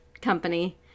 company